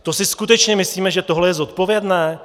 To si skutečně myslíme, že tohle je zodpovědné?